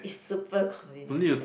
is super convenient